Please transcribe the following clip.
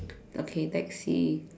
okay taxi